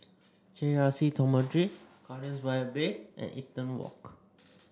J R C Dormitory Gardens by the Bay and Eaton Walk